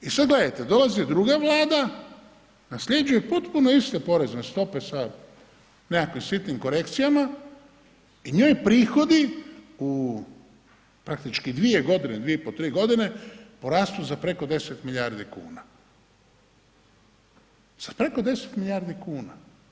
I sad gledajte, dolazi druga Vlada, nasljeđuje potpuno iste porezne stope sa nekakvim sitnim korekcijama i njoj prihodi u praktički dvije godine, 2,5, 3 godine porastu za preko 10 milijardi kuna, sa preko 10 milijardi kuna.